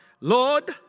Lord